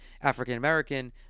African-American